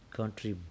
Country